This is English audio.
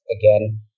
again